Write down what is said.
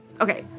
okay